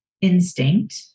instinct